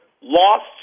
lost